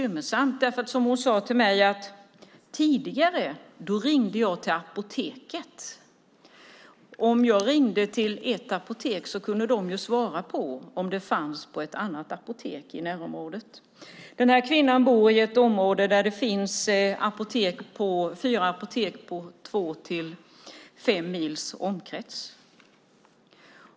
Hon sade: Tidigare ringde jag till apoteket. Om jag ringde till ett apotek kunde de svara på om läkemedlet fanns på ett annat apotek i närområdet. Kvinnan bor i ett område där det finns fyra apotek inom två till fem mil.